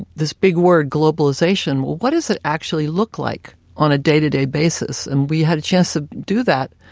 this big word globalization. well, what does it actually look like, on a day to day basis? and we had a chance to ah do that,